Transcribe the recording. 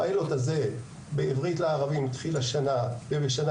הפיילוט בעברית לערבים התחיל השנה ובשנה